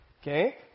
Okay